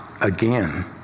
again